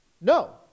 No